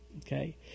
Okay